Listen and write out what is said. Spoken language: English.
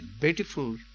beautiful